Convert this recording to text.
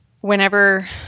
Whenever